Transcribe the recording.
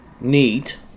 neat